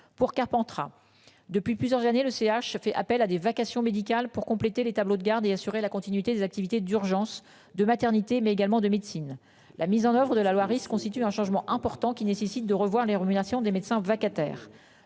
pour Carpentras. Depuis plusieurs années le CH fait appel à des vacations médicales pour compléter le tableau de garde et assurer la continuité des activités d'urgences de maternité mais également de médecine, la mise en oeuvre de la loi Rist constitue un changement important qui nécessite de revoir les rémunérations des médecins vacataires